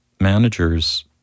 managers